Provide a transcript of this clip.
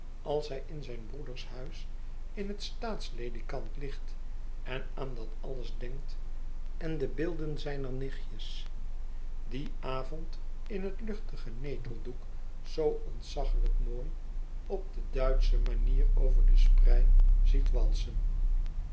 als hij in zijn broeders huis in het staatsieledikant ligt en aan dat alles denkt en de beelden zijner nichtjes dien avond in het luchtige neteldoek zoo ontzaglijk mooi op de duitsche manier over de sprei ziet walsen